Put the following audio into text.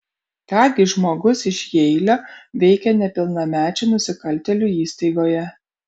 ką gi žmogus iš jeilio veikia nepilnamečių nusikaltėlių įstaigoje